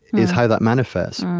is how that manifests.